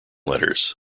letters